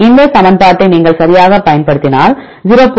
இந்த சமன்பாட்டை நீங்கள் சரியாக பயன்படுத்தினால் 0